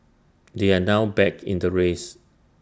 they are now back in the race